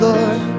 Lord